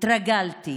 התרגלתי.